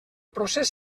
procés